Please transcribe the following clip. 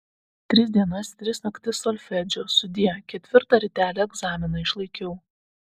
tris dienas tris naktis solfedžio sudie ketvirtą rytelį egzaminą išlaikiau